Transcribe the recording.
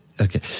Okay